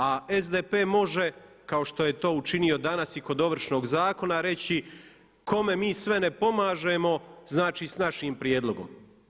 A SDP može kao što je to učinio danas i kod Ovršnog zakona reći kome mi sve ne pomažemo znači s našim prijedlogom.